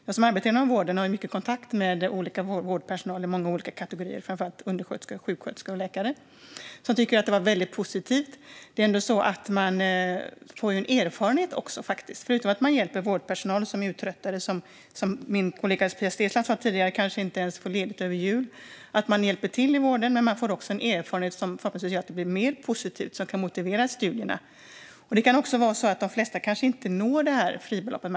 Jag som arbetar inom vården har mycket kontakt med vårdpersonal i många olika kategorier, framför allt undersköterskor, sjuksköterskor och läkare, som tycker att det var väldigt positivt. Det är ändå så att man också får en erfarenhet. Förutom att man hjälper vårdpersonalen som är uttröttad och, som min kollega Stefan sa tidigare, kanske inte får ledigt över jul får man också en erfarenhet som förhoppningsvis gör att det blir mer positivt och kan verka motiverande för studierna. De flesta kanske inte heller når det här fribeloppet.